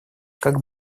как